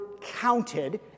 counted